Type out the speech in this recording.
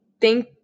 Thank